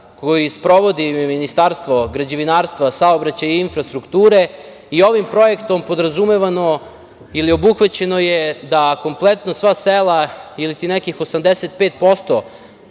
koji sprovodi Ministarstvo građevinarstva, saobraćaja i infrastrukture, i ovim projektom podrazumevano ili obuhvaćeno je da kompletno sva sela iliti nekih 85%